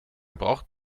braucht